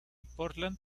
portland